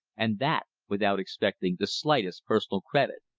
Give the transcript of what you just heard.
and that without expecting the slightest personal credit.